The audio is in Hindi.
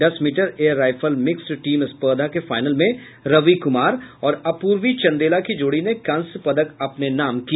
दस metre air rifle mixed team स्पर्धा के फाइनल में रवि कुमार और अपूर्वी चंदेला की जोड़ी ने कांस्य पदक अपने नाम किया है